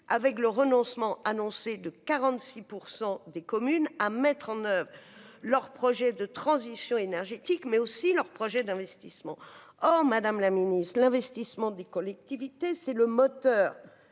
avec le renoncement annoncé de 46 % des communes à mettre en oeuvre leur projet de transition énergétique mais aussi leurs projets d'investissement, or, Madame la Ministre, l'investissement des collectivités, c'est le moteur